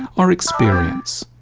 our experience.